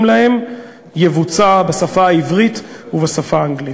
להם יבוצע בשפה העברית ובשפה האנגלית.